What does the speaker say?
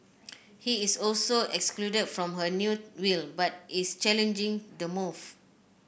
he is also excluded from her new will but is challenging the move